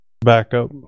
backup